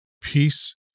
Peace